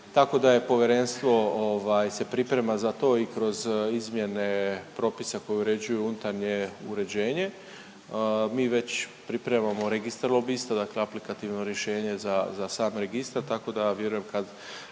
Tako da je povjerenstvo ovaj se priprema za to i kroz izmjene propisa koji uređuju unutarnje uređenje. Mi već pripremamo registar lobista, dakle aplikativno rješenje za, za sam registar tako da vjerujem kad